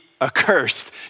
accursed